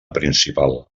principal